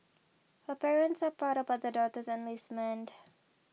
her parents are proud about their daughter's enlistment